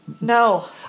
No